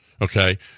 Okay